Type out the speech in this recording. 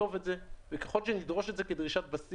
נעימה כאן בוועדת הכלכלה כשחבר כנסת התפרץ